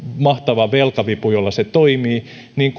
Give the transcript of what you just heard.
mahtava velkavipu jolla se toimii niin